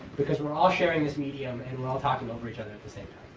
because we're all sharing this medium, and we're all talking over each other at the same